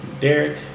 Derek